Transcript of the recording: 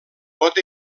pot